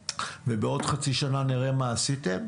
בעוד חצי שנה נראה מה עשיתם.